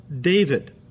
David